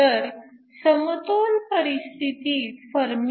तर समतोल परिस्थितीत फर्मी